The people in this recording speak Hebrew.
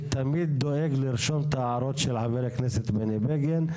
אני תמיד דואג לרשום את ההערות של חבר הכנסת בגין.